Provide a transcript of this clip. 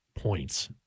Points